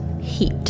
heat